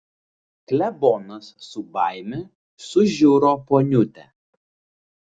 klebonas su baime sužiuro poniutę